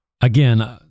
again